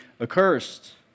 accursed